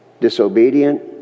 disobedient